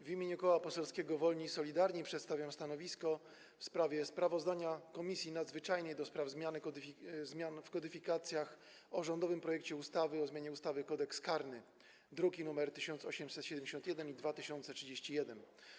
W imieniu Koła Poselskiego Wolni i Solidarni przedstawiam stanowisko w sprawie sprawozdania Komisji Nadzwyczajnej do spraw zmian w kodyfikacjach o rządowym projekcie ustawy o zmianie ustawy Kodeks karny, druki nr 1871 i 2031.